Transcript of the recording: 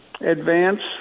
advance